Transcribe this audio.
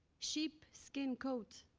sheepskin coat,